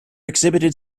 exhibited